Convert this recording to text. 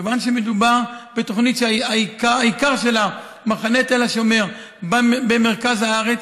כיוון שמדובר בתוכנית שהעיקר שלה הוא מחנה תל השומר במרכז הארץ,